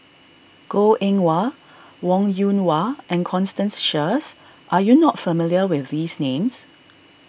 Goh Eng Wah Wong Yoon Wah and Constance Sheares are you not familiar with these names